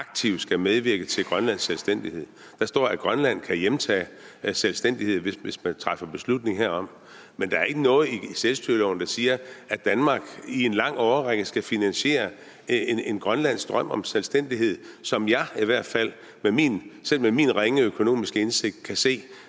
at Danmark aktivt skal medvirke til Grønlands selvstændighed. Der står, at Grønland kan hjemtage selvstændighed, hvis man træffer beslutning herom, men der er ikke noget i selvstyreloven, der siger, at Danmark i en lang årrække skal finansiere en grønlandsk drøm om selvstændighed, som jeg i hvert fald selv med min ringe økonomiske indsigt kan se